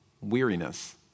weariness